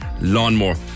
Lawnmower